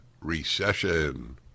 recession